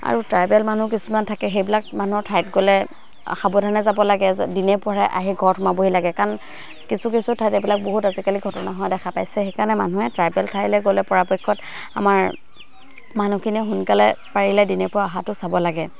আৰু ট্ৰাইবেল মানুহ কিছুমান থাকে সেইবিলাক মানুহৰ ঠাইত গ'লে সাৱধানে যাব লাগে যে দিনে পোহৰে আহি ঘৰত সোমাবহি লাগে কাৰণ কিছু কিছু ঠাইত এইবিলাক বহুত আজিকালি ঘটনা হোৱা দেখা পাইছে সেইকাৰণে মানুহে ট্ৰাইবেল ঠাইলৈ গ'লে পৰাপক্ষত আমাৰ মানুহখিনিয়ে সোনকালে পাৰিলে দিনে পোহৰে অহাটো চাব লাগে